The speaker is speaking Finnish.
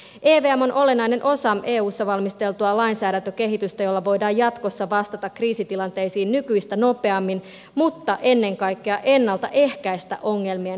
evm on olennainen osa eussa valmisteltua lainsäädäntökehitystä jolla voidaan jatkossa vastata kriisitilanteisiin nykyistä nopeammin mutta ennen kaikkea ennalta ehkäistä ongelmien syntyä